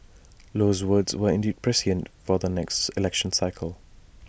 Low's words were indeed prescient for the next election cycle